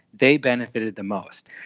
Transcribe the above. they benefited the most.